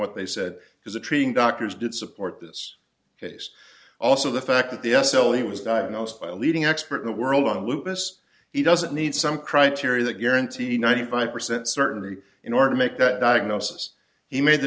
what they said is a treating doctors did support this case also the fact that the s l e was diagnosed by a leading expert in the world on lupus he doesn't need some criteria that guarantee ninety five percent certainty in order to make that diagnosis he made the